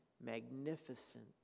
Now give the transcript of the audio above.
magnificent